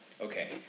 okay